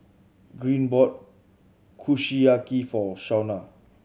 Green bought Kushiyaki for Shauna